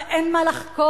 הרי אין מה לחקור,